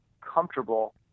comfortable